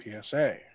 PSA